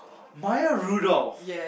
Maya-Rudolph